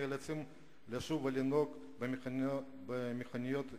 נאלצים לשוב ולנהוג במכוניות ישנות,